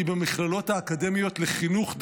היא דווקא במכללות האקדמיות לחינוך.